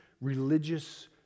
religious